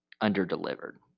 under-delivered